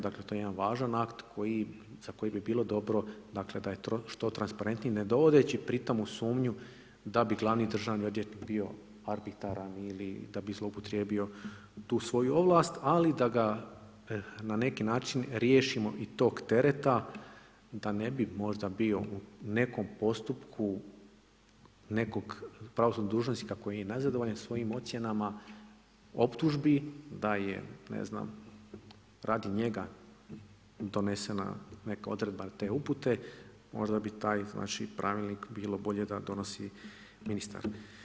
Dakle, to je jedan važan akt za koji bi bilo dobro da je što transparentniji ne dovodeći pri tome u sumnju da bi glavni državni odvjetnik bio arbitara ili da bi zloupotrijebio tu svoju ovlast, ali da ga na neki način riješimo i tog tereta da ne bi možda bio u nekom postupku nekog pravosudnog dužnosnika koji je nezadovoljan svojim ocjenama optužbi da je radi njega donesena neka odredba ili te upute, možda da bi taj znači pravilnik bilo bolje da donosi ministar.